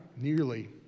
nearly